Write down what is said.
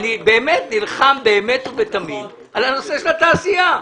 אני באמת נלחם, באמת ובתמים, על הנושא של התעשייה.